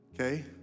okay